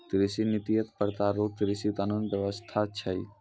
कृषि नीति एक प्रकार रो कृषि कानून व्यबस्था छिकै